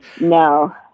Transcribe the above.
No